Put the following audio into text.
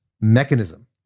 mechanism